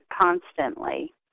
constantly